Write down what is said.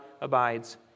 abides